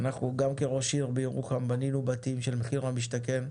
אנחנו גם כראש עיר בירוחם בנינו בתים של מחיר למשתכן,